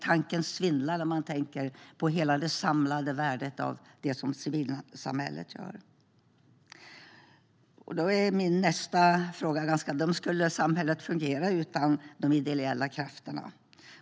Tanken svindlar när man tänker på hela det samlade värdet av det som civilsamhället gör. Då blir min nästa fråga ganska dum. Skulle samhället fungera utan de ideella krafterna?